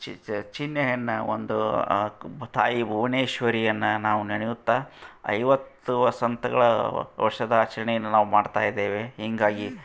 ಚಿ ಚ ಚಿನ್ನೆಯನ್ನ ಒಂದು ಕ್ ತಾಯಿ ಭುವನೇಶ್ವರಿಯನ್ನು ನಾವು ನೆನೆಯುತ್ತಾ ಐವತ್ತು ವಸಂತಗಳ ವರ್ಷದಾಚರಣೆಯನ್ನ ನಾವು ಮಾಡ್ತಾ ಇದ್ದೇವೆ ಹಿಂಗಾಗಿ